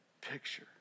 picture